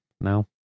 now